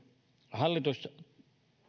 hallitus